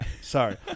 Sorry